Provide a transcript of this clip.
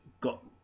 got